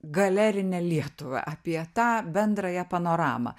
galerinę lietuvą apie tą bendrąją panoramą